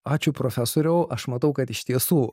ačiū profesoriau aš matau kad iš tiesų